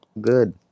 Good